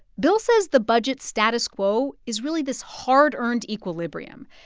bill says the budget status quo is really this hard-earned equilibrium.